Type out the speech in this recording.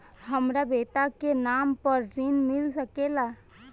हमरा बेटा के नाम पर ऋण मिल सकेला?